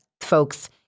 folks